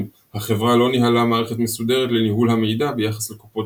החברה לא ניהלה מערכת מסודרת לניהול המידע ביחס לקופות